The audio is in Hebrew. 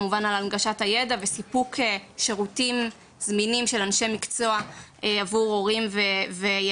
אחראי על הנגשת הידע ועל סיפוק שירותים זמינים עבור ההורים והילדים.